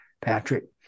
Patrick